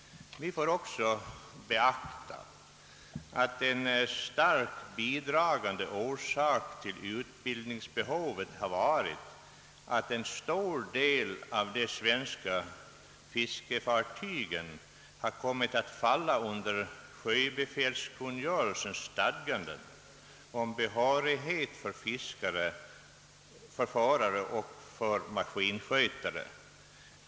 Vi får också beakta att en starkt bidragande orsak till utbildningsbehovet har varit att en stor del av de svenska fiskefartygen har kommit att falla under sjöbefälskungörelsens stadgande om behörighet för förare och maskinskötare.